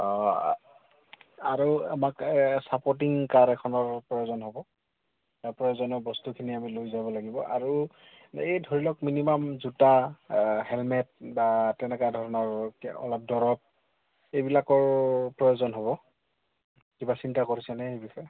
আৰু আমাক এই ছাপৰ্টিং কাৰ এখনৰ প্ৰয়োজন হ'ব প্ৰয়োজীয় বস্তুখিনি আমি লৈ যাব লাগিব আৰু এই ধৰি লওক মিনিমাম জোতা হেলমেট বা তেনেকুৱা ধৰণৰ অলপ দৰৱ এইবিলাকৰ প্ৰয়োজন হ'ব কিবা চিন্তা কৰিছেনে সেই বিষয়ে